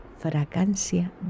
Fragancia